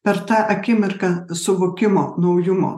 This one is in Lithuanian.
per tą akimirką suvokimo naujumo